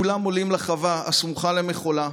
כולם עולים לחווה הסמוכה למחולה,